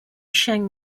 sheng